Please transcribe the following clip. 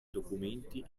documenti